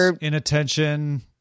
inattention